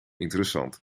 interessant